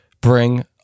bring